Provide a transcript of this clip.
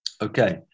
Okay